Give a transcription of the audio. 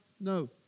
no